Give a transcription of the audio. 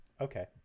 Okay